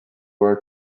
our